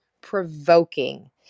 provoking